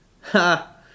ha